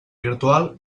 virtual